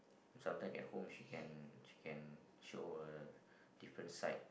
sometimes at home she can she can show a different side